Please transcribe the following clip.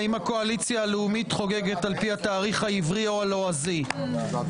אז אני קודם כול מתרגש, הפתעתם אותי כולם באמת,